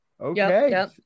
Okay